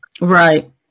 Right